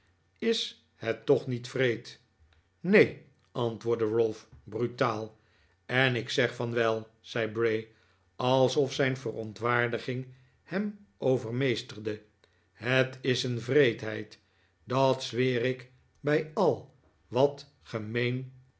is het toch niet wreed neen antwoordde ralph brutaal en ik zeg van wel zei bray alsof zijn verontwaardiging hem overmeesterde het is een wreedheid dat zweer ik bij al wat gemeen